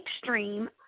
extreme